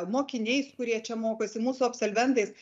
mokiniais kurie čia mokosi mūsų absolventais